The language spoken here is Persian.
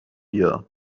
بیا